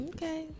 Okay